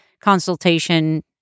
consultation